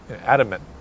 Adamant